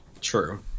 True